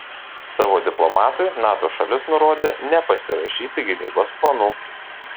savo diplomatui nato šalis nurodė nepasirašyti gynybos planų